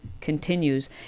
continues